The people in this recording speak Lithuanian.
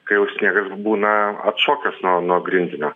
kai jau sniegas būna atšokęs nuo nuo grindinio